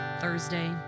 Thursday